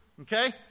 Okay